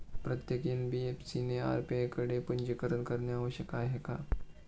प्रत्येक एन.बी.एफ.सी ने आर.बी.आय कडे पंजीकरण करणे आवश्यक आहे का?